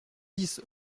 dix